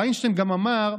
וינשטיין גם אמר: